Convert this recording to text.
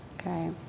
okay